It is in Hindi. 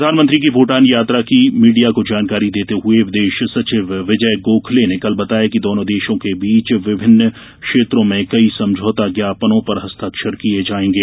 प्रधानमंत्री की भूटान यात्रा की मीडिया को जानकारी देतें हुए विदेश सचिव विजय गोखले ने कल बताया कि दोनों देशों के बीच विभिन्न क्षेत्रों में कई समझौता ज्ञापनों पर हस्ताक्षर किए जाएंगे